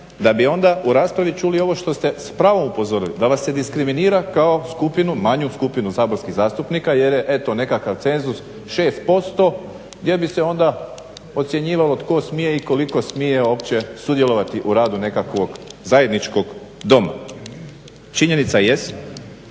da bi onda u raspravi čuli ovo što ste s pravom upozorili da vas se diskriminira kao skupinu, manju skupinu saborskih zastupnika jer je eto nekakav cenzus šest posto gdje bi se onda ocjenjivalo tko smije i koliko smije uopće sudjelovati u radu nekakvog zajedničkog doma. Činjenica jest